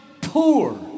poor